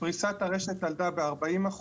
פריסת הרשת עלתה ב-40%,